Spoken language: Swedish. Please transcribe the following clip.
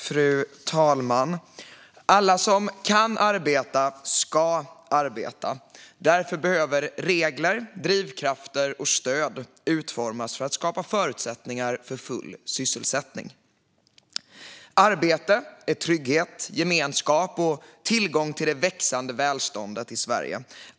Fru talman! Alla som kan arbeta ska arbeta. Därför behöver regler, drivkrafter och stöd utformas för att skapa förutsättningar för full sysselsättning. Arbete är trygghet, gemenskap och tillgång till det växande välståndet i Sverige.